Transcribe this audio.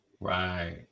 Right